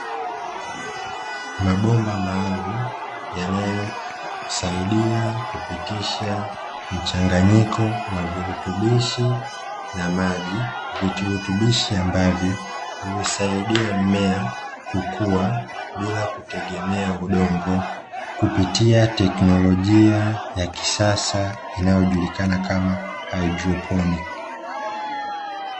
Mabomba maalum yanayosaidia kupitisha mchanganyiko wa virutubishi na maji, virutubishi ambavyo husaidia mmea kukua bila kutegemea udongo kupitia teknolojia ya kisasa inayojulikana kama haidroponi.